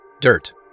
Dirt